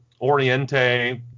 Oriente